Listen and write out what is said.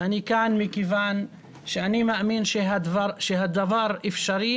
ואני כאן מכיוון שאני מאמין שהדבר אפשרי.